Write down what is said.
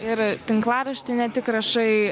ir tinklaraštį ne tik rašai